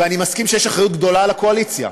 ואני מסכים שיש אחריות גדולה על הקואליציה.